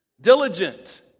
Diligent